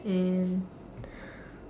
and